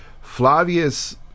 Flavius